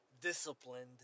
disciplined